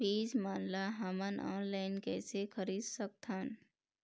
बीज मन ला हमन ऑनलाइन कइसे खरीद सकथन?